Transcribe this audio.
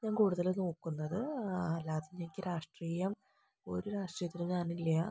ഞാൻ കൂടുതൽ നോക്കുന്നത് അല്ലാതെ എനിക്ക് രാഷ്ട്രീയം ഒരു രാഷ്ട്രീയത്തിലും ഞാനില്ല